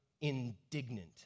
indignant